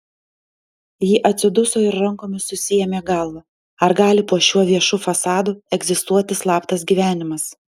ji atsiduso ir rankomis susiėmė galvą ar gali po šiuo viešu fasadu egzistuoti slaptas gyvenimas